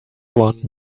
one